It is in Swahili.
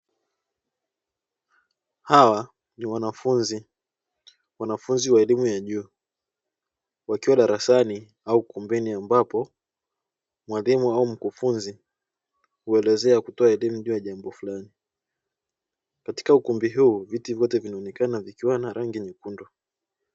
Hawa ni wanafunzi, wanafunzi wa elimu ya juu wakiwa darasani au ukumbini ambapo mwalimu au mkufunzi huelezea na kutoa elimu juu ya jambo fulani. Katika ukumbi huu viti vyote vinaonekana vikiwa na rangi nyekundu.